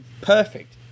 perfect